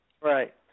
Right